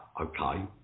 okay